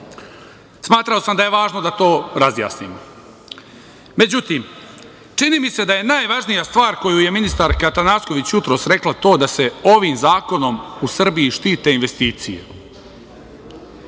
sam da je važno da to razjasnimo. Međutim, čini mi se da je najvažnija stvar koju je ministarka Atanasković jutros rekla to da se ovim zakonom u Srbiji štite investicije.